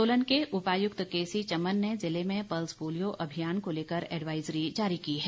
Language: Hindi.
सोलन के उपायुक्त केसी चमन ने जिले में पल्स पोलियो अभियान को लेकर एडवाईजरी जारी की है